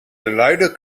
luide